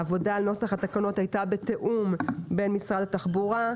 העבודה על נוסח התקנות הייתה בתיאום בין משרד התחבורה,